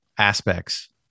aspects